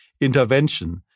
intervention